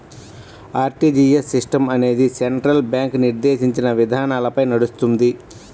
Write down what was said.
RTGS system అనేది central bank నిర్దేశించిన విధానాలపై నడుస్తుంది